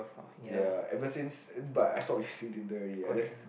ya ever since but I stop using Tinder already I just